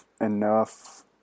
enough